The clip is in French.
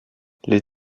les